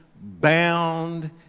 bound